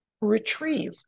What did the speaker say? retrieve